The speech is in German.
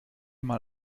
mal